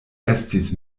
estis